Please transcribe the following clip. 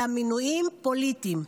אלא מינויים פוליטיים.